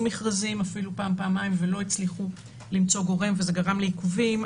מכרזים אפילו פעם-פעמיים ולא הצליחו למצוא גורם וזה גרם לעיכובים.